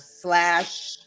slash